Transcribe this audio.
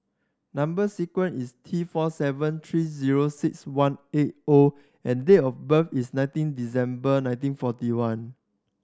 number sequence is T four seven three zero six one eight O and date of birth is nineteen December nineteen forty one